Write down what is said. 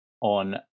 on